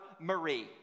Marie